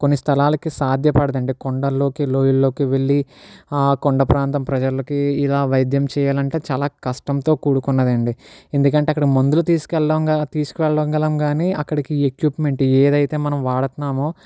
కొన్ని స్థలాలకి సాధ్య పడదండి కొండల్లోకి లోయల్లోకి వెళ్ళి కొండ ప్రాంత ప్రజలకి ఇలా వైద్యం చేయాలంటే చాలా కష్టంతో కూడుకున్నదండి ఎందుకంటే అక్కడ మందులు తీసుకెళ్ళడం తీసుకెళ్ళగలం కానీ అక్కడికి ఎక్విప్మెంట్ ఏదైతే మనం వాడుతున్నామో